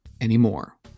anymore